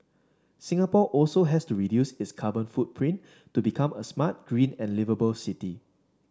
Singapore also has to reduce its carbon footprint to become a smart green and liveable city